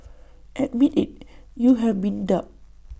admit IT you have been duped